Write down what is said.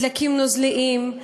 דלקים נוזליים,